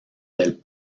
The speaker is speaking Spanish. del